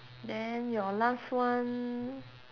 then your last one